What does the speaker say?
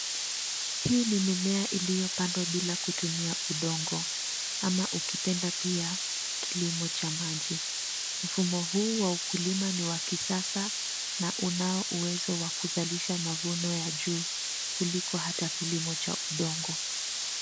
Hii ni mimea iliyopandwa bila kutumia udongo, ukipenda pia kilimo cha maji. Mfumo huu wa ukulima ni wa kisasa na unao uwezo wa kuzalisha mavuno ya juu kuliko hata kilimo cha udongo.